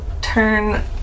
turn